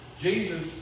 Jesus